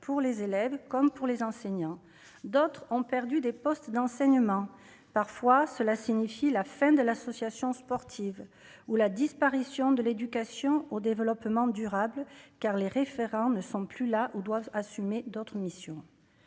pour les élèves comme pour les enseignants, d'autres ont perdu des postes d'enseignement, parfois, cela signifie la fin de l'association sportive ou la disparition de l'éducation au développement durable, car les références ne sont plus là où doivent assumer d'autres missions,